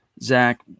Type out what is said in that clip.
Zach